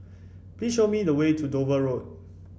please show me the way to Dover Road